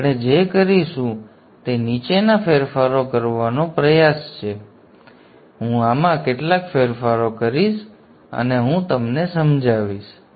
તેથી આપણે જે કરીશું તે નીચેના ફેરફારો કરવાનો પ્રયાસ કરવાનો છે હું આમાં કેટલાક ફેરફારો કરીશ અને હું તમને સમજાવીશ